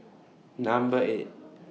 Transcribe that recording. Number eight